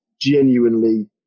genuinely